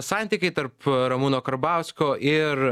santykiai tarp ramūno karbausko ir